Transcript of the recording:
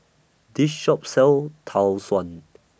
This Shop sells Tau Suan